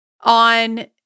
on